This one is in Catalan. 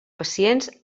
pacients